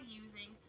using